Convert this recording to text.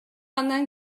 андан